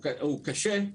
קשה,